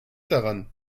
daran